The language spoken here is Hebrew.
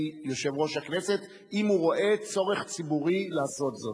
יושב-ראש הכנסת אם הוא רואה צורך ציבורי לעשות זאת.